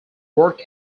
work